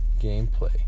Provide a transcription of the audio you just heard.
gameplay